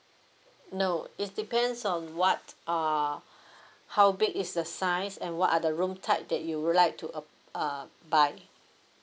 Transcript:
no it's depends on what err how big is the size and what are the room type that you would like to ap~ uh buy